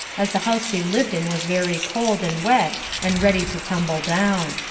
as the house we lived in was very cold, and wet, and ready to tumble down.